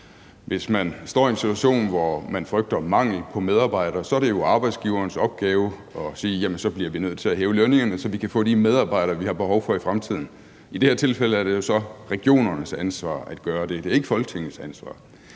hvis man står i en situation, hvor man frygter mangel på medarbejdere, så er det jo arbejdsgiverens opgave at sige, at man så bliver nødt til at hæve lønningerne, så man kan få de medarbejdere, man har behov for i fremtiden. Og i det her tilfælde er det jo så regionernes ansvar at gøre det, og det er ikke Folketingets ansvar.